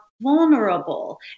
vulnerable